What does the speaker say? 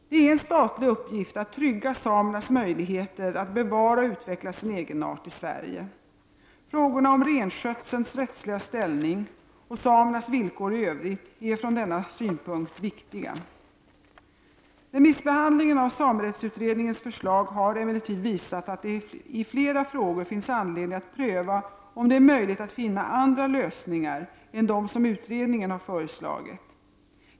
Det är en statlig uppgift att trygga samernas möjligheter att bevara och utveckla sin egenart i Sverige. Frågorna om renskötselns rättsliga ställning och samernas villkor i övrigt är från denna synpunkt viktiga. Remissbehandlingen av samerättsutredningens förslag har emellertid visat att det i flera frågor finns anledning att pröva om det är möjligt att finna andra lösningar än dem som utredningen har föreslagit.